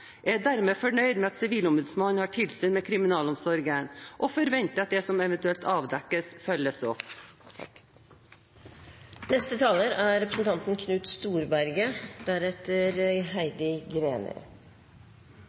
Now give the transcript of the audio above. Jeg er derfor fornøyd med at Sivilombudsmannen har tilsyn med kriminalomsorgen, og forventer at det som eventuelt avdekkes, følges opp. Aller først har jeg lyst til å gi honnør til representanten